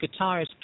guitarist